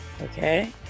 okay